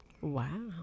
Wow